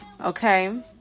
okay